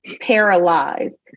paralyzed